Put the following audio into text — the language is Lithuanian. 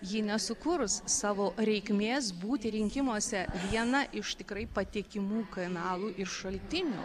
ji nesukurs savo reikmės būti rinkimuose viena iš tikrai patikimų kanalų ir šaltinių